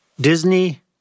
Disney